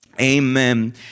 Amen